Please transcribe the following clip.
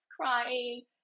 crying